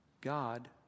God